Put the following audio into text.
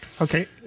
Okay